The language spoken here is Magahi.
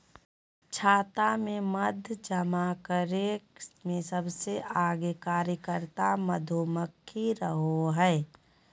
छत्ता में मध जमा करे में सबसे आगे कार्यकर्ता मधुमक्खी रहई हई